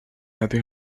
هذه